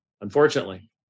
unfortunately